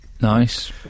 Nice